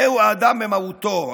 זהו האדם במהותו.